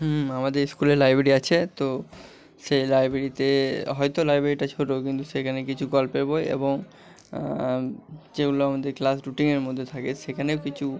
আমাদের স্কুলে লাইব্রেরি আছে তো সেই লাইব্রেরিতে হয়তো লাইব্রেরিটা ছোটো কিন্তু সেখানে কিছু গল্পের বই এবং যেগুলো আমাদের ক্লাস রুটিনের মধ্যে থাকে সেখানেও কিছু